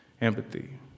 empathy